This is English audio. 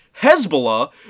Hezbollah